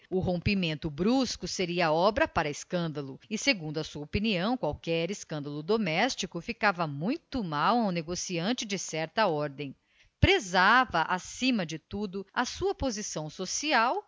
um rompimento brusco seria obra para escândalo e segundo a sua opinião qualquer escândalo doméstico ficava muito mal a um negociante de certa ordem prezava acima de tudo a sua posição social